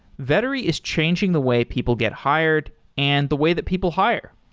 vettery is changing the way people get hired and the way that people hire.